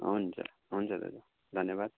हुन्छ हुन्छ दाजु धन्यवाद